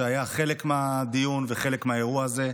שהיה חלק מהדיון וחלק מהאירוע הזה,